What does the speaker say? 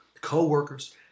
co-workers